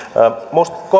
minusta